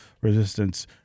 resistance